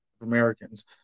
Americans